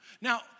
Now